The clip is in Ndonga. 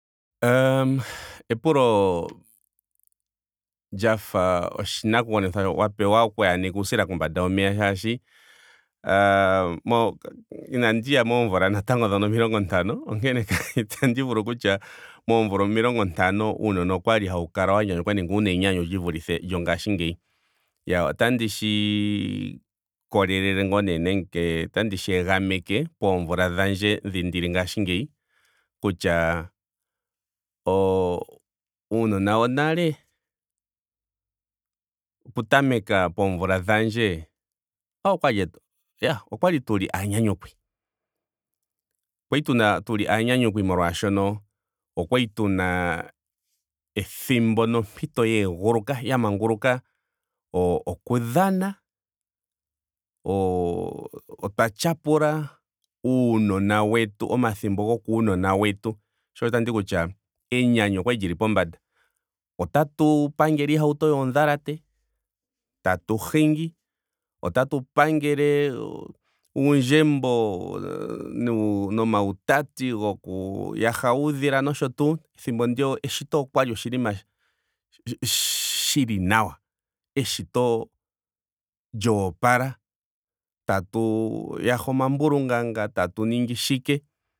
Mhh epulo lyafa oshinakugwanithwa wa pewa oku aneka uusila kombanda yomeya moolwaashoka mhhh molwaashoka inandi ya moomvula natango dhoka omilongo ntano. onkene itandi vulu okutya moomvula omilongo ntano uunona okwali hau kala wa nyanyukwa nenge wuna enyanyu li vulithe lyongaashingeyi. Iyaa otandi shi ikolelele ngaa nee nenge otandi shi egameke poomvula dhandje dhi ndili ngaashingeyi kutya oo- uunona wonale okutameka poomvula dhandje okwali tuli aanyanyukwi. Kwali tuna tuli aanyanyukwi molwaashono okwali tuna ethimbo nompito yeeguluka. ya manguluka. o- okudhana. oo- otwa tyapula uunona wetu. omatyhimbo gokuunona wetu. Sho osho wu wete teti kutya enyanyu okwali lili pombanda. Otatu pangele iihauto yoodhalate. tatu hingi. otatu pangele uundjembo nomatati goku yaha uudhila nosho tuu. Ethimbo ndiya eshito okwali oshinima sha- shi- shili nawa. Eshito lyoopala. tatu yaha omambulunganga. tatu ningi shike.